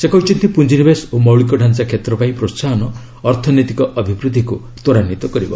ସେ କହିଛନ୍ତି ପୁଞ୍ଜିନିବେଶ ଓ ମୌଳିକ ଢାଞ୍ଚା କ୍ଷେତ୍ର ପାଇଁ ପ୍ରୋହାହନ ଅର୍ଥନୈତିକ ଅଭିବୃଦ୍ଧିକୁ ତ୍ୱରାନ୍ଧିତ କରିବ